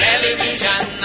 Television